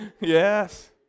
yes